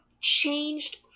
changed